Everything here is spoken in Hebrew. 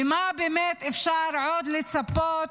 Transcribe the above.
למה באמת אפשר עוד לצפות